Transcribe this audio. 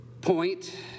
point